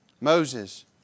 Moses